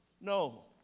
no